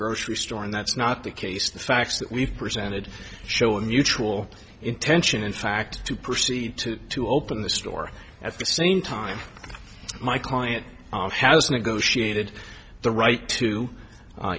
grocery store and that's not the case the facts that we've presented show of mutual intention in fact to proceed to to open the store at the same time my client has negotiated the right to